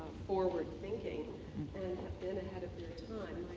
forward thinking and have been ahead of their time.